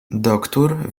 doktór